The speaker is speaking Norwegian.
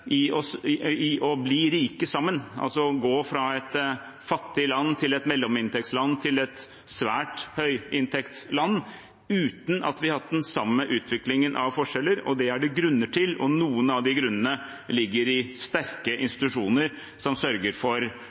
enn de fleste i å bli rike sammen – å gå fra et fattig land til et mellominntektsland til et land med svært høye inntekter – uten at vi har hatt den samme utviklingen av forskjeller, og det er det grunner til. Noen av de grunnene ligger i sterke institusjoner som sørger for